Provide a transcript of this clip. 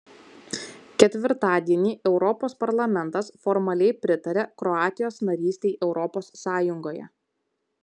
ketvirtadienį europos parlamentas formaliai pritarė kroatijos narystei europos sąjungoje